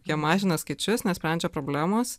jie mažina skaičius nesprendžia problemos